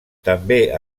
també